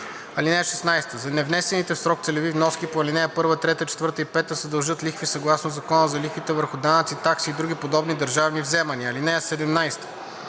(16) За невнесените в срок целеви вноски по ал. 1, 3, 4 и 5 се дължат лихви съгласно Закона за лихвите върху данъци, такси и други подобни държавни вземания. (17)